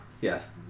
Yes